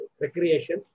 recreation